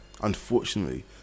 unfortunately